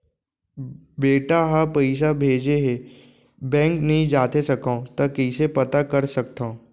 बेटा ह पइसा भेजे हे बैंक नई जाथे सकंव त कइसे पता कर सकथव?